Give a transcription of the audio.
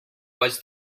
was